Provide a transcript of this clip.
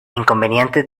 inconvenientes